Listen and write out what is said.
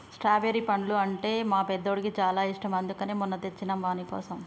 strawberry పండ్లు అంటే మా పెద్దోడికి చాలా ఇష్టం అందుకనే మొన్న తెచ్చినం వానికోసం